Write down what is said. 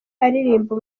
aririmba